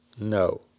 No